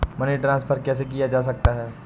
Money transfer कैसे किया जा सकता है?